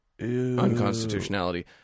unconstitutionality